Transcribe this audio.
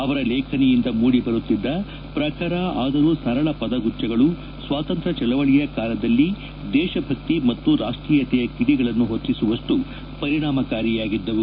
ಅವರ ಲೇಖನಿಯಿಂದ ಮೂಡಿಬರುತ್ತಿದ್ದ ಪ್ರಖರ ಆದರೂ ಸರಳ ಪದಗುಚ್ಚಗಳು ಸ್ವಾತಂತ್ರ್ಯ ಚಳವಳಿಯ ಕಾಲದಲ್ಲಿ ದೇಶಭಕ್ತಿ ಮತ್ತು ರಾಷ್ಟೀಯತೆಯ ಕಿಡಿಗಳನ್ನು ಹೊತ್ತಿಸುವಷ್ಟು ಪರಿಣಾಮಕಾರಿಯಾಗಿದ್ದವು